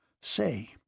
Say